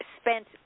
spent